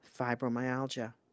Fibromyalgia